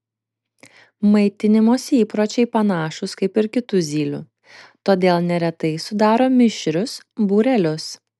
maitinimosi įpročiai panašūs kaip ir kitų zylių todėl neretai sudaro mišrius būrelius